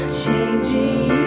changing